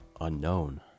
Unknown